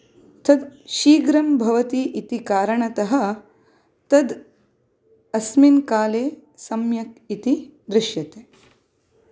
तत् शीघ्रं भवति इति कारणतः तत् अस्मिन् काले सम्यक् इति दृश्यते